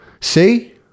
See